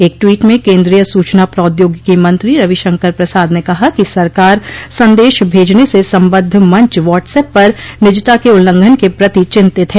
एक ट्वीट में केन्द्रीय सूचना प्रौद्योगिकी मंत्री रविशंकर प्रसाद ने कहा कि सरकार संदेश भेजने से संबद्ध मंच व्हाट्स एप पर निजता के उल्लंघन के प्रति चिंतित है